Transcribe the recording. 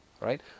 right